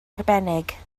arbennig